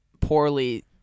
poorly